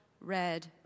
red